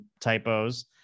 typos